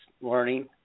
learning